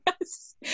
Yes